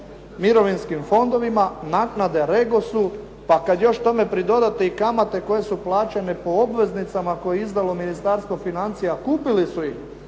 mirovinskim fondovima, naknada Regosu pa kad još tome pridodate i kamate koje su plaćane po obveznicama koje je izdalo Ministarstvo financija kupili su ih